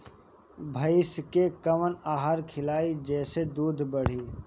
भइस के कवन आहार खिलाई जेसे दूध बढ़ी?